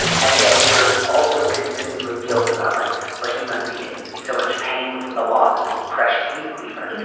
and yet you're also consumed with guilt about life. like but he must be and in so much pain from the loss of his precious meat cleaver.